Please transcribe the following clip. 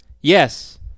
Yes